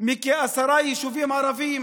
מכעשרה יישובים ערביים